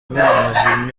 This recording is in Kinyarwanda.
impano